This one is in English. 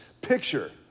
picture